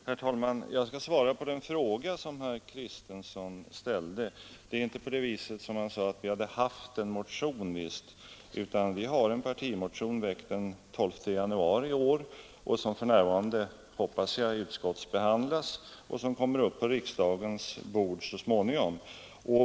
Herr talman! Jag skall svara på den fråga som herr Kristenson ställde. Det är inte på det viset som han sade, att vi hade haft en motion, utan vi har en partimotion, väckt den 12 januari i år och som för närvarande — hoppas jag — utskottsbehandlas och kommer upp på riksdagens bord så småningom.